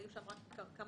היו שם רק כמה